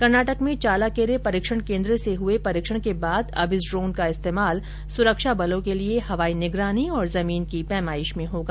कर्नाटक में चालाकेरे परीक्षण केन्द्र से हुए परीक्षण के बाद अब इस ड्रोन का इस्तेमाल सुरक्षा बलों के लिए हवाई निगरानी और जमीन की पैमाइश में होगा